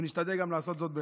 ונשתדל גם לעשות זאת בכבוד.